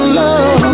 love